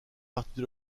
partie